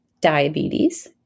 diabetes